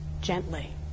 gently